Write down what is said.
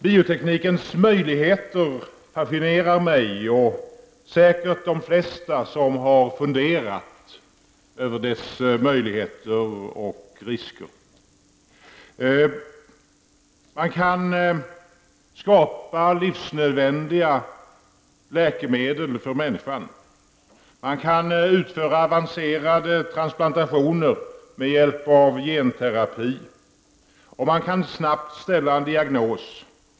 Bioteknikens möjligheter fascinerar mig och säkert de flesta som har funderat över dess möjligheter och risker. Man kan med hjälp av biotekniken skapa för människan livsnödvändiga läkemedel, man kan utföra avancerade transplantationer med hjälp av genterapi och man kan snabbt ställa en diagnos.